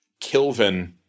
Kilvin